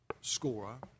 scorer